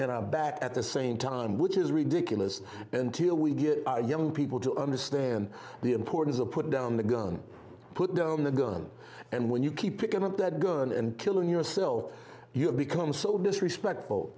and back at the same time which is ridiculous until we get our young people to understand the importance of put down the gun put down the gun and when you keep picking up that good and killing yourself you become so disrespectful